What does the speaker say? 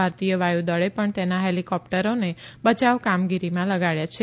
ભારતીય વાયુદળે પણ તેના હેલીકોપ્ટરોને બચાવ કામગીરીમાં લગાડ્યા છે